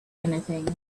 anything